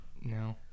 No